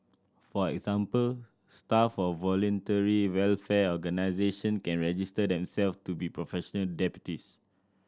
for example staff of voluntary welfare organisation can register themselves to be professional deputies